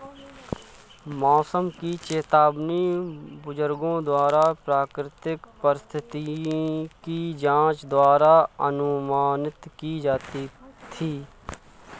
मौसम की चेतावनी बुजुर्गों द्वारा प्राकृतिक परिस्थिति की जांच द्वारा अनुमानित की जाती थी